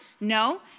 No